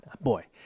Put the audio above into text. Boy